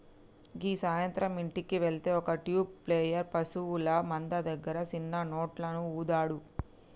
గీ సాయంత్రం ఇంటికి వెళ్తే ఒక ట్యూబ్ ప్లేయర్ పశువుల మంద దగ్గర సిన్న నోట్లను ఊదాడు